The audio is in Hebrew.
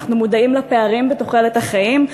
אנחנו מודעים לפערים בתוחלת החיים,